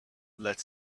let